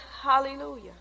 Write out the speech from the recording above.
Hallelujah